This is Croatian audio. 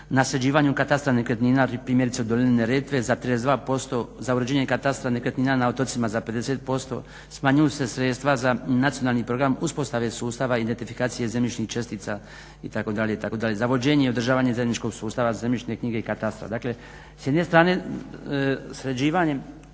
na sređivanju katastra nekretnina, primjerice u dolini Neretve za 32%, za uređenje katastra nekretnina na otocima za 50%, smanjuju se sredstva za Nacionalni program uspostave sustava identifikacije zemljišnih čestica itd., itd. Za vođenje i održavanje zajedničkog sustava zemljišne knjige i katastra.